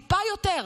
טיפה יותר,